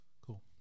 Cool